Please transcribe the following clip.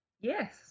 Yes